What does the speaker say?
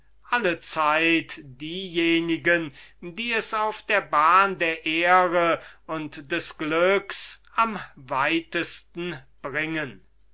allezeit diejenigen die es auf der bahn der ehre und des glücks am weitesten bringen